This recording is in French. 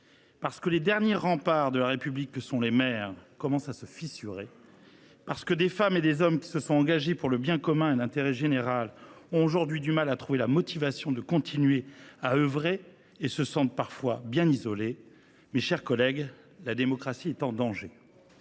parce que les derniers remparts de la République que sont les maires commencent à se fissurer, parce que des femmes et des hommes qui se sont engagés pour le bien commun et l’intérêt général ont aujourd’hui du mal à trouver la motivation de continuer à œuvrer et se sentent parfois bien isolés, la démocratie est en danger